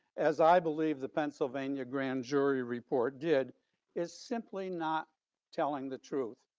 as i believe the pennsylvania grand jury report did is simply not telling the truth.